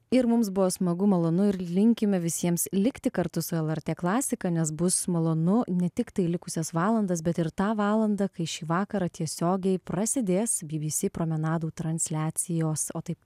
ir mums buvo smagu malonu ir linkime visiems likti kartu su lrt klasika nes bus malonu ne tik tai likusias valandas bet ir tą valandą kai šį vakarą tiesiogiai prasidės bbc promenadų transliacijos o tai